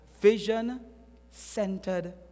vision-centered